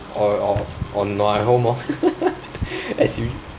or or or nua at home orh as u~